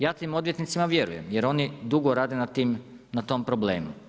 Ja tim odvjetnicima vjerujem, jer oni dugo rade na tom problemu.